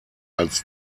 als